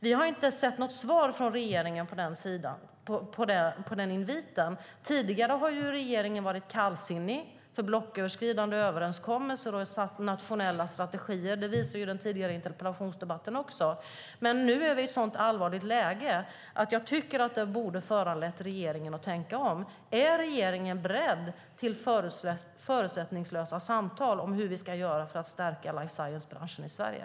Vi har inte sett något svar från regeringen på inviten. Tidigare har ju regeringen varit kallsinnig för blocköverskridande överenskommelser och nationella strategier. Det visade också den tidigare interpellationsdebatten. Men nu är vi i ett så allvarligt läge att jag tycker att det borde föranleda regeringen att tänka om. Är regeringen beredd att föra förutsättningslösa samtal om hur vi ska göra för att stärka life science-branschen i Sverige?